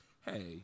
Hey